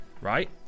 right